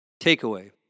Takeaway